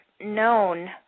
known